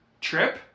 trip